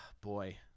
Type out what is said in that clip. Boy